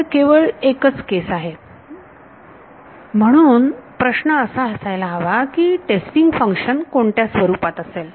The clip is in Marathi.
विद्यार्थी म्हणून प्रश्न असा असायला हवा की टेस्टिंग फंक्शन कोणत्या स्वरूपात असेल